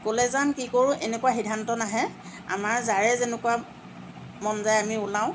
ক'লৈ যাম কি কৰোঁ এনেকুৱা সিদ্ধান্ত নাহে আমাৰ যাৰে যেনেকুৱা মন যায় আমি ওলাওঁ